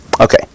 Okay